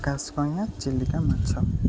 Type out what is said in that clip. ଆକାଶ କଇଁଆ ଚିଲିକା ମାଛ